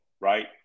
right